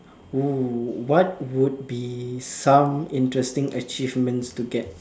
oo what would be some interesting achievements to get